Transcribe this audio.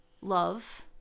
love